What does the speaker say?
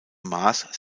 maß